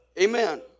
Amen